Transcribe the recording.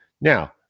Now